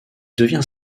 devient